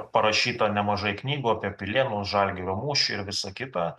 parašyta nemažai knygų apie pilėnų žalgirio mūšį ir visa kita